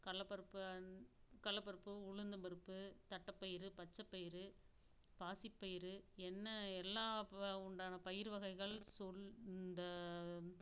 கடலப்பருப்பு கடலப்பருப்பு உளுந்தம்பருப்பு தட்டைப்பயிறு பச்சைப்பயிறு பாசிப்பயறு என்ன எல்லாம் இப்போ உண்டான பயிர் வகைகள் இந்த